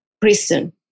prison